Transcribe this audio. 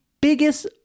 biggest